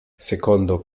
secondo